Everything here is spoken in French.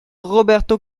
roberto